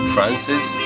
Francis